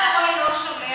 אם ההורה לא שולח,